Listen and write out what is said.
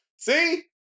See